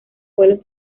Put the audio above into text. pueblos